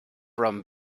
from